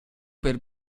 per